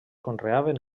conreaven